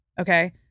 okay